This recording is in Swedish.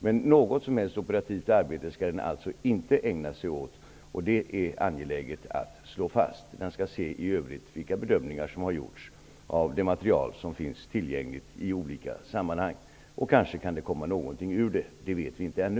Men den skall alltså inte ägna sig åt något som helst operativt arbete. Det är angeläget att slå fast det. Den skall i övrigt se vilka bedömningar som har gjorts av det material som finns tillgängligt i olika sammanhang. Det kanske kan komma ut någonting därav -- det vet vi inte ännu.